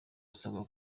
usabwa